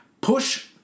push